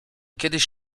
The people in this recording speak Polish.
kiedyś